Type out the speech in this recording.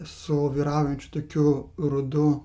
su vyraujančiu tokiu rudu